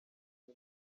uyu